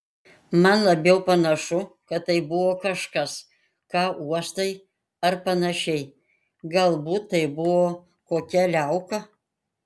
man labiau panašu kad tai buvo kažkas ką uostai ar panašiai galbūt tai buvo kokia liauka